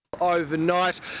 Overnight